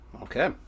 Okay